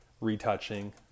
retouching